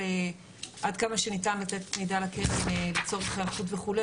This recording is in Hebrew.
עד כמה שניתן לתת מידע לקרן לצורך היערכות וכו',